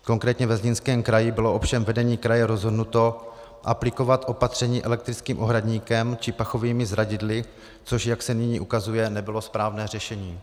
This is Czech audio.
Konkrétně ve Zlínském kraji bylo ovšem vedení kraje rozhodnuto aplikovat opatření elektrickým ohradníkem či pachovými zradidly, což, jak se nyní ukazuje, nebylo správné řešení.